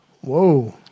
Whoa